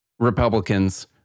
Republicans